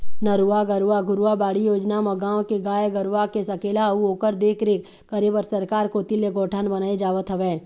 नरूवा, गरूवा, घुरूवा, बाड़ी योजना म गाँव के गाय गरूवा के सकेला अउ ओखर देखरेख करे बर सरकार कोती ले गौठान बनाए जावत हवय